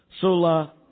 Sola